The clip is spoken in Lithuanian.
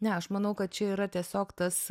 ne aš manau kad čia yra tiesiog tas